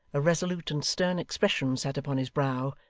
a resolute and stern expression sat upon his brow,